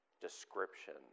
description